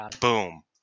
Boom